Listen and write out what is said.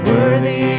Worthy